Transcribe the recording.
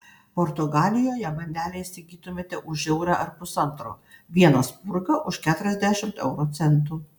portugalijoje bandelę įsigytumėte už eurą ar pusantro vieną spurgą už keturiasdešimt euro centų